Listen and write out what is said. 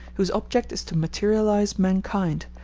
whose object is to materialize mankind,